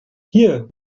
hier